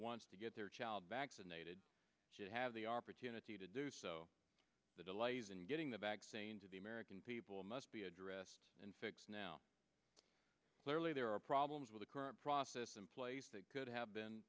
wants to get their child vaccinated should have the opportunity to do so the delays in getting the vaccine to the american people must be addressed and fixed now clearly there are problems with the current process in place that could have been